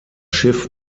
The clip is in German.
schiff